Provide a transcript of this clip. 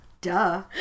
Duh